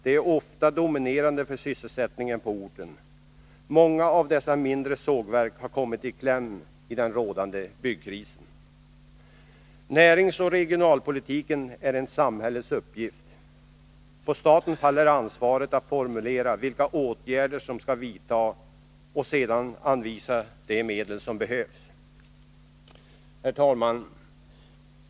De är ofta dominerande för sysselsättningen på orten. Många av dessa mindre sågverk har kommit i kläm i den rådande byggkrisen. Näringsoch regionalpolitiken är en samhällets uppgift. På staten faller ansvaret att formulera vilka åtgärder som skall vidtas och sedan anvisa de medel som behövs. Herr talman!